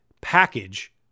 package